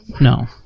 No